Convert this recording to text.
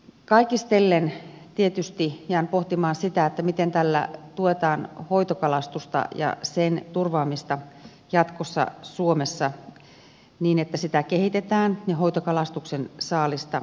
kaikistellen tietysti jään pohtimaan sitä miten tällä tuetaan hoitokalastusta ja sen turvaamista jatkossa suomessa niin että sitä kehitetään ja hoitokalastuksen saalista hyödynnetään